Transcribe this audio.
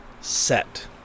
set